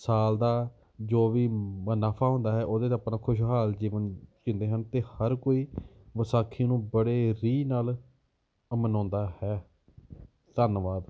ਸਾਲ ਦਾ ਜੋ ਵੀ ਮੁਨਾਫਾ ਹੁੰਦਾ ਹੈ ਉਹਦੇ ਤੋਂ ਆਪਣਾ ਖੁਸ਼ਹਾਲ ਜੀਵਨ ਜਿਉਂਦੇ ਹਨ ਅਤੇ ਹਰ ਕੋਈ ਵਿਸਾਖੀ ਨੂੰ ਬੜੇ ਰੀਝ ਨਾਲ ਮਨਾਉਂਦਾ ਹੈ ਧੰਨਵਾਦ